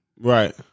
Right